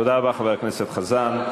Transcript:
תודה רבה, חבר הכנסת חזן.